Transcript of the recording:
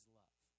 love